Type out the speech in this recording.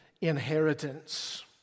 inheritance